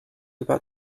about